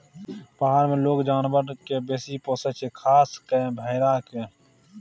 पहार मे लोक जानबर केँ बेसी पोसय छै खास कय भेड़ा केँ